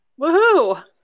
Woohoo